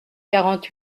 quarante